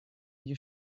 you